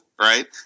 right